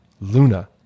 Luna